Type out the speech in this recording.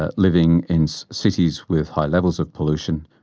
ah living in cities with high levels of pollution,